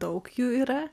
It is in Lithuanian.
daug jų yra